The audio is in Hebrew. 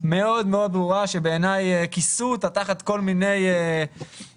מאוד מאוד ברורה שבעיניי כיסו את התחת כל מיני דיונים